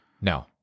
No